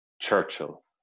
Churchill